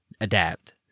Adapt